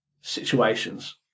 situations